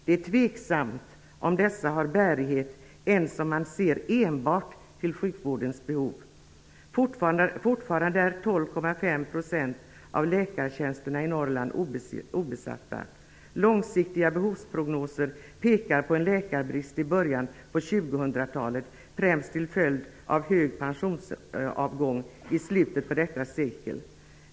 Det är tveksamt om dessa har bärighet ens om man ser enbart till sjukvårdens behov. Fortfarande är Långsiktiga behovsprognoser pekar på en läkarbrist i början på 2000-talet, främst till följd av stor pensionsavgång i slutet på detta sekel.